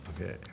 Okay